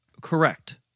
Correct